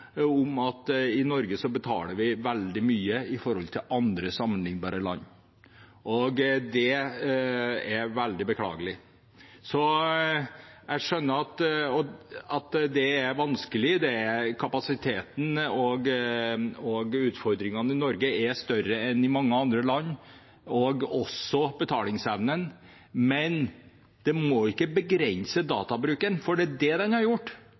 om at i Norge betaler vi veldig mye i forhold til i sammenlignbare land. Det er veldig beklagelig. Jeg skjønner at det er vanskelig. Det er kapasiteten, at utfordringene i Norge er større enn i mange andre land, og også betalingsevnen. Men det må ikke begrense databruken, for det er det det har gjort.